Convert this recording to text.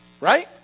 right